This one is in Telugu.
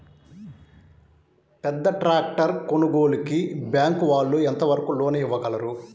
పెద్ద ట్రాక్టర్ కొనుగోలుకి బ్యాంకు వాళ్ళు ఎంత వరకు లోన్ ఇవ్వగలరు?